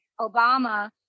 Obama